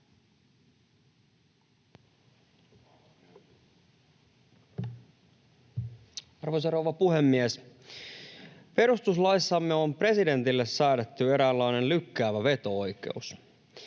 Arvoisa rouva puhemies! Perustuslaissamme on presidentille säädetty eräänlainen lykkäävä veto-oikeus.